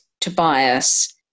Tobias